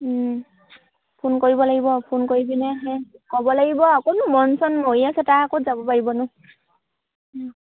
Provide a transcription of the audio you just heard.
phone কৰিব লাগিব phone কৰি পিনে সেই ক'ব লাগিব আকৌনো মন চন মৰি আছে তাৰ ক'ত যাব পাৰিবনো